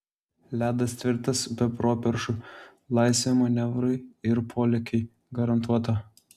ledas tvirtas be properšų laisvė manevrui ir polėkiui garantuota